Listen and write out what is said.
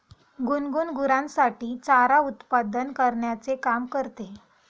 गुनगुन गुरांसाठी चारा उत्पादन करण्याचे काम करते